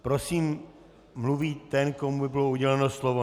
Prosím, mluví ten, komu bylo uděleno slovo.